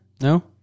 No